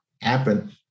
happen